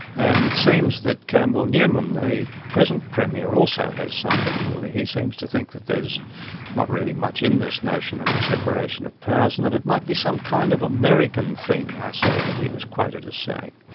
and it seems that campbell newman, the present premier, also has some difficulty. he seems to think that there's not really much in this notion of the separation of powers and that it might be some kind of american thing, i saw that he was quoted as saying.